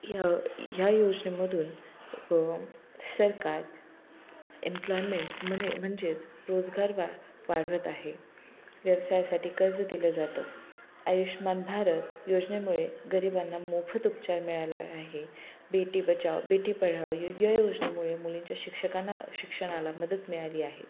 या ह्या योजनेमधून सरकार एम्प्लॉयमेंट म्हने म्हणजेच रोजगार वा वाढवत आहे व्यवसायासाठी कर्ज दिलं जातं आयुष्मान भारत योजनेमुळे गरिबांना मोफत उपचार मिळालं आहे बेटी बचाव बेटी पढाव या योजनेमुळे मुलींच्या शिक्षकांना शिक्षणाला मदत मिळाली आहे